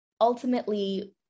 ultimately